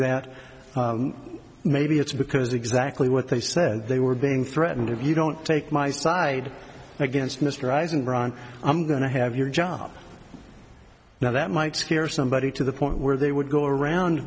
that maybe it's because exactly what they said they were being threatened if you don't take my side against mr ising run i'm going to have your job now that might scare somebody to the point where they would go around